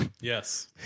Yes